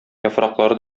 яфраклары